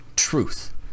truth